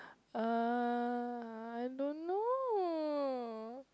uh I don't know